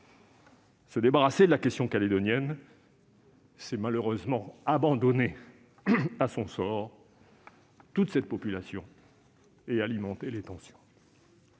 Se débarrasser de la question calédonienne, c'est malheureusement abandonner toute cette population à son sort et alimenter les tensions.